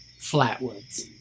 Flatwoods